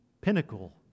pinnacle